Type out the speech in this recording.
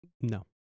No